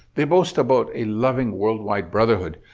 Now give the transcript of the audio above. they boast about a loving worldwide brotherhood.